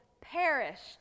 perished